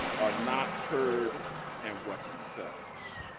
are not heard in what he says.